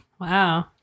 Wow